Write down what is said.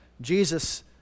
Jesus